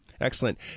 Excellent